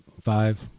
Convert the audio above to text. five